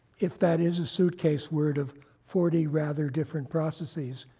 if that is a suitcase word of forty rather different processes,